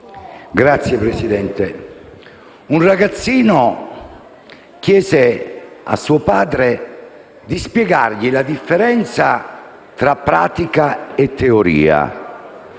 Signora Presidente, un ragazzino chiese a suo padre di spiegargli la differenza tra pratica e teoria